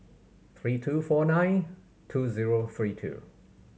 three two four nine two zero three two